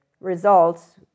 results